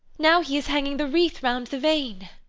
now he is hanging the wreath round the vane!